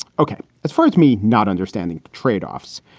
ok. as far as me not understanding tradeoffs,